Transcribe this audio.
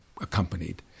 accompanied